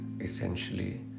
essentially